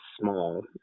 small